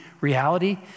reality